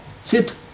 sit